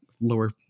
lower